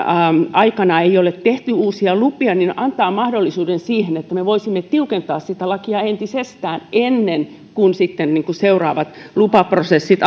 aikana ei ole tehty uusia lupia antaa mahdollisuuden siihen että me voisimme tiukentaa sitä lakia entisestään ennen kuin sitten seuraavat lupaprosessit